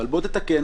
בוא תתקן.